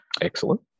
excellent